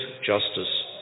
justice